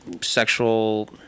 sexual